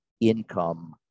income